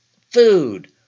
Food